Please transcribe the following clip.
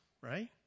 right